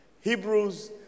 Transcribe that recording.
Hebrews